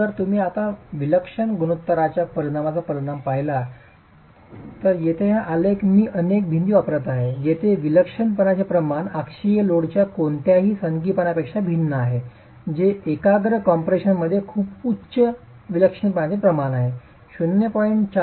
म्हणून जर तुम्ही आता विलक्षण गुणोत्तराच्या परिणामाचा परिणाम पाहिला तर येथे हा आलेख मी अनेक भिंती वापरत आहे जेथे विक्षिप्तपणाचे प्रमाण अक्षीय लोडच्या कोणत्याही सनकीपणापेक्षा भिन्न आहे जे एकाग्र कम्प्रेशनने खूप उच्च विक्षिप्तपणाचे प्रमाण आहे 0